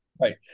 Right